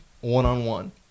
one-on-one